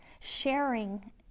sharing